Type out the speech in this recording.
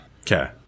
Okay